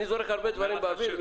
אני זורק הרבה דברים באוויר,